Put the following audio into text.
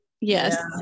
yes